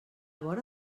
vora